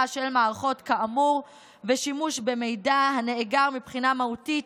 של מערכות כאמור ושימוש במידע הנאגר מבחינה מהותית.